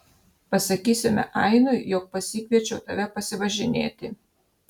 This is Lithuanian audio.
pasakysime ainui jog pasikviečiau tave pasivažinėti